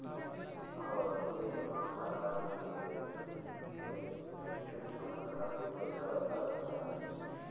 आवर्ती जमा खाता में निवेशक एक निश्चित समय खातिर पइसा बचा सकला